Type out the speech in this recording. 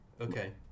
Okay